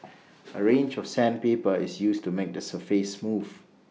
A range of sandpaper is used to make the surface smooth